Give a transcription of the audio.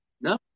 No